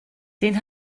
den